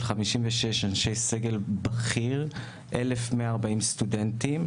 של 56 אנשי סגל בכיר ו-1,140 סטודנטים.